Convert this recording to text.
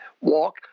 walk